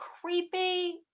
creepy